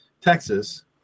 Texas